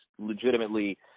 legitimately